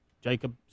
Jacob